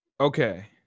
okay